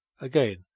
Again